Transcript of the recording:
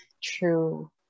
True